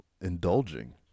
indulging